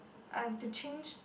I've to change